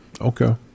Okay